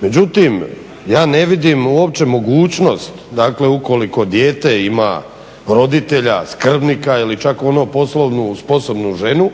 međutim, ja ne vidim uopće mogućnost, dakle ukoliko dijete ima roditelja, skrbnika ili čak onu poslovno sposobnu ženu,